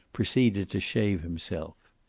proceeded to shave himself.